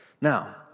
Now